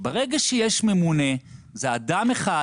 ברגע שיש ממונה זה אדם אחד,